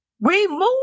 Remove